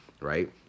right